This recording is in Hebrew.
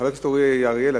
חבר הכנסת אורי אריאל,